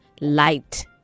light